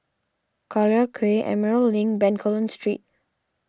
Collyer Quay Emerald Link Bencoolen Street